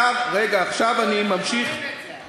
אבל השאלה מי הולך לממן את זה,